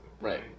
Right